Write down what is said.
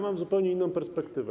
Mam zupełnie inną perspektywę.